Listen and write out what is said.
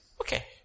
Okay